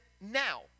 now